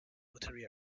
rotary